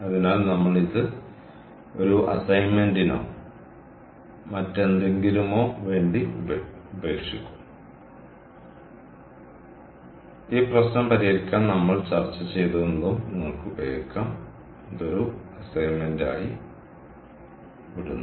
അതിനാൽ നമ്മൾ ഇത് ഒരു അസൈൻമെന്റിനോ മറ്റെന്തെങ്കിലുമോ വേണ്ടി ഉപേക്ഷിക്കും ഈ പ്രശ്നം പരിഹരിക്കാൻ നമ്മൾ ചർച്ച ചെയ്തതെന്തും ഉപയോഗിക്കാം